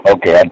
Okay